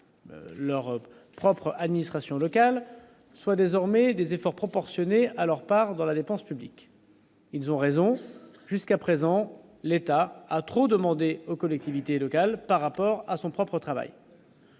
leur propre administration locale soit désormais des efforts proportionnés à leur part dans la dépense publique. Ils ont raison, jusqu'à présent, l'État a trop demander aux collectivités locales par rapport à son propre travail.